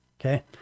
okay